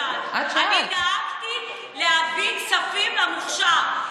אני דאגתי להביא כספים למוכש"ר,